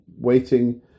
waiting